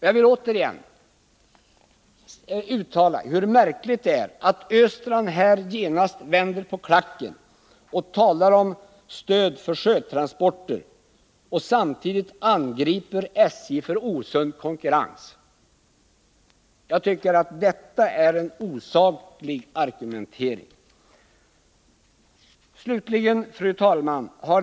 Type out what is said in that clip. Jag villi det här sammanhanget säga att jag tycker det är märkligt att Olle Östrand i den här frågan vänder på klacken och talar om stöd för sjötransporter, samtidigt som han angriper SJ och anklagar dem för att bedriva osund konkurrens. Det är en osaklig argumentering. Fru talman!